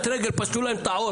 פשטו להם את העור,